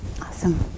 Awesome